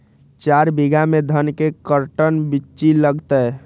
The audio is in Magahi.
चार बीघा में धन के कर्टन बिच्ची लगतै?